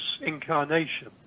incarnation